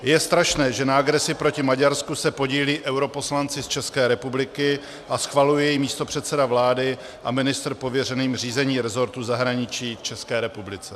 Je strašné, že na agresi proti Maďarsku se podílí europoslanci z České republiky a schvaluje jej místopředseda vlády a ministr pověřený řízením rezortu zahraničí České republice.